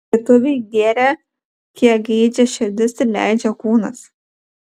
lietuviai gėrė kiek geidžia širdis ir leidžia kūnas